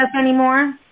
anymore